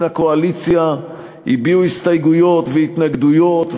הקואליציה הביעו הסתייגויות והתנגדויות,